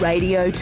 Radio